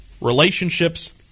relationships